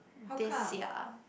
this year